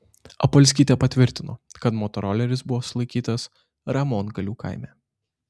apolskytė patvirtino kad motoroleris buvo sulaikytas ramongalių kaime